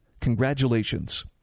Congratulations